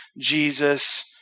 Jesus